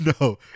no